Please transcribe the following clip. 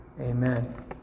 Amen